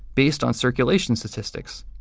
based on circulation statistics.